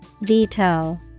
Veto